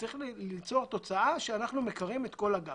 צריך ליצור תוצאה שאנחנו מקרים את כל הגג.